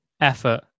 effort